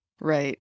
Right